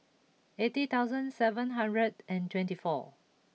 eighty thousand seven hundred and twenty four